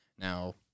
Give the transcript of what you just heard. Now